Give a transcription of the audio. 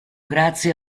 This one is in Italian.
grazie